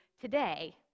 today